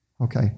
Okay